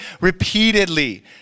repeatedly